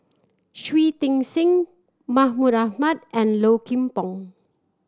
Shui Tit Sing Mahmud Ahmad and Low Kim Pong